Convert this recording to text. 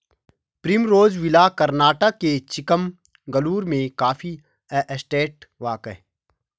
Primrose villa Karnataka के चिकमगलूर में coffee estate walk हैं